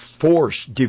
force